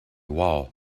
wall